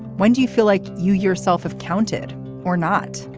when do you feel like you yourself have counted or not.